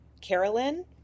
Carolyn